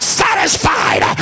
satisfied